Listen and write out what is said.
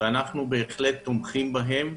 ואנחנו בהחלט תומכים בהם.